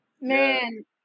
Man